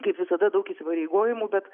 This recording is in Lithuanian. kaip visada daug įsipareigojimų bet